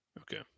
Okay